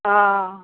অ